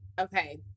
Okay